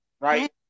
right